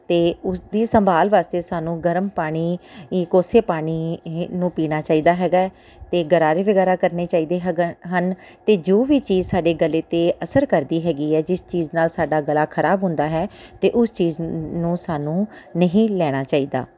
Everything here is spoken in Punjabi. ਅਤੇ ਉਸ ਦੀ ਸੰਭਾਲ ਵਾਸਤੇ ਸਾਨੂੰ ਗਰਮ ਪਾਣੀ ਇਹ ਕੋਸੇ ਪਾਣੀ ਇਹ ਨੂੰ ਪੀਣਾ ਚਾਹੀਦਾ ਹੈਗਾ ਅਤੇ ਗਰਾਰੇ ਵਗੈਰਾ ਕਰਨੇ ਚਾਹੀਦੇ ਹੈਗੇ ਹਨ ਅਤੇ ਜੋ ਵੀ ਚੀਜ਼ ਸਾਡੇ ਗਲੇ 'ਤੇ ਅਸਰ ਕਰਦੀ ਹੈਗੀ ਹੈ ਜਿਸ ਚੀਜ਼ ਨਾਲ ਸਾਡਾ ਗਲਾ ਖ਼ਰਾਬ ਹੁੰਦਾ ਹੈ ਅਤੇ ਉਸ ਚੀਜ਼ ਨੂੰ ਸਾਨੂੰ ਨਹੀਂ ਲੈਣਾ ਚਾਹੀਦਾ